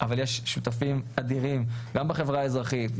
אבל יש שותפים אדירים גם בחברה האזרחית,